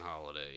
holiday